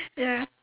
ya